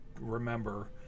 remember